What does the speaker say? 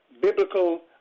biblical